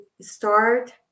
start